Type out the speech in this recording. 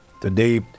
today